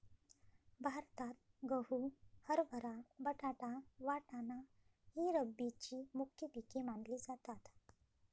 भारतात गहू, हरभरा, बटाटा, वाटाणा ही रब्बीची मुख्य पिके मानली जातात